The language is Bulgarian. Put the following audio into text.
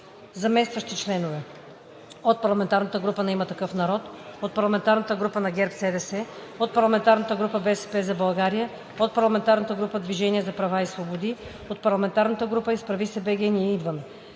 Заместващи членове: - от парламентарната група на „Има такъв народ“; - от парламентарната група на ГЕРБ-СДС; - от парламентарната група на „БСП за България“; - от парламентарната група на „Движение за права и свободи“; - от парламентарната група на „Изправи се БГ! Ние идваме!“